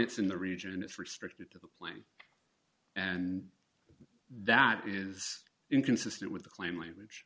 it's in the region it's restricted to the plan and that is inconsistent with the claim language